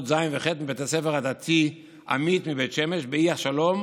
ז' וח' מבית הספר הדתי אמי"ת מבית שמש באי השלום,